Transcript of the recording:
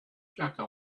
jaka